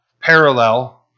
parallel